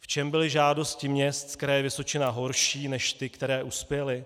V čem byly žádosti měst z Kraje Vysočina horší než ty, které uspěly?